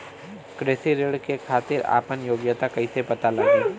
कृषि ऋण के खातिर आपन योग्यता कईसे पता लगी?